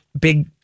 big